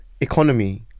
economy